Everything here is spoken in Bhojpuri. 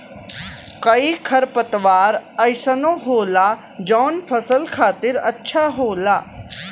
कई खरपतवार अइसनो होला जौन फसल खातिर अच्छा होला